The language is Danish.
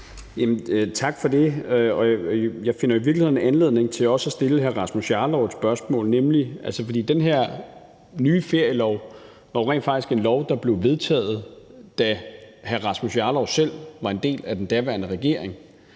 Tak for det. Jeg finder i virkeligheden anledning til også at stille hr. Rasmus Jarlov et spørgsmål, for den her nye ferielov var jo rent faktisk en lov, der blev vedtaget, da hr. Rasmus Jarlov selv var en del af den daværende regering.